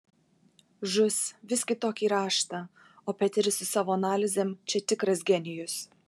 žus vis kitokį raštą o peteris su savo analizėm čia tikras genijus